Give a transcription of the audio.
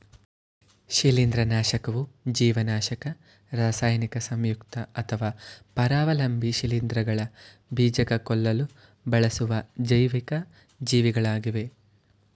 ಶಿಲೀಂಧ್ರನಾಶಕವು ಜೀವನಾಶಕ ರಾಸಾಯನಿಕ ಸಂಯುಕ್ತ ಅಥವಾ ಪರಾವಲಂಬಿ ಶಿಲೀಂಧ್ರಗಳ ಬೀಜಕ ಕೊಲ್ಲಲು ಬಳಸುವ ಜೈವಿಕ ಜೀವಿಗಳಾಗಿವೆ